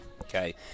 Okay